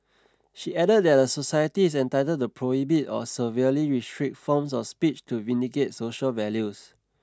she added that a society is entitled to prohibit or severely restrict forms of speech to vindicate social values